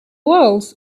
walls